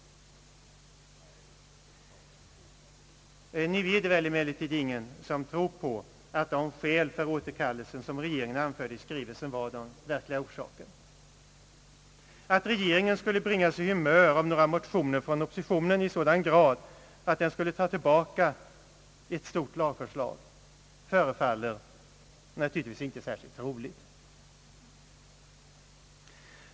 Emellertid är det väl ingen som tror på att de skäl för återkallelsen som regeringen anfört i skrivelsen var de verkliga. Att regeringen i sådan grad skulle bringas ur humör av några motioner från oppositionen att den skulle ta tillbaka ett stort lagförslag förefaller inte särskilt troligt.